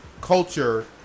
culture